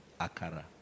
Akara